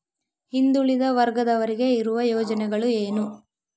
ಹಿಂದುಳಿದ ವರ್ಗದವರಿಗೆ ಇರುವ ಯೋಜನೆಗಳು ಏನು?